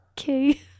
okay